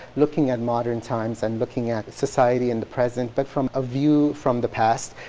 looking at modern times and looking at society in the present but from a view from the past.